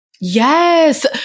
Yes